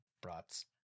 brats